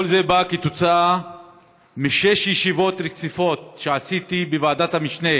זה כתוצאה משש ישיבות רציפות שעשיתי בוועדת המשנה